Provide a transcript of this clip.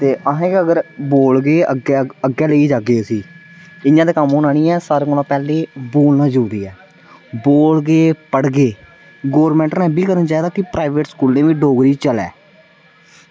ते असें अगर बोलगे अग्गै अग्गै लेइयै जागे उस्सी इं'या ते कम्म होना निं ऐ ते सारें कोला पैह्लें बोलना जरूरी ऐ बोलगे पढ़गे गौरमेंट नै एह्बी करना चाहिदा कि प्राईवेट स्कूलें वी डोगरी चलै